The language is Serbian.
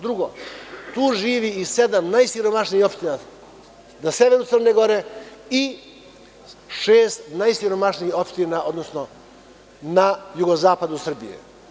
Drugo, tu živi i sedam najsiromašnijih opština na severu Crne Gore i šest najsiromašnijih opština na jugozapadu Srbije.